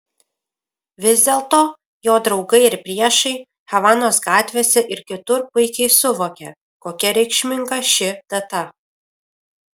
vis dėlto jo draugai ir priešai havanos gatvėse ir kitur puikiai suvokia kokia reikšminga ši data